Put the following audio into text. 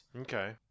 Okay